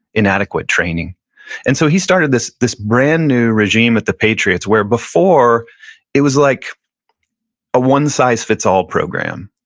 inadequate training and so he started this this brand new regime at the patriots where before it was like a one-size-fits all program.